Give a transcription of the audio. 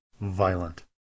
violent